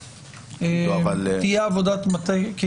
ותהיה עבודת מטה.